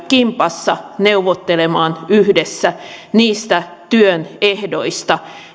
kimpassa neuvottelemaan yhdessä niistä työn ehdoista